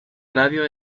radio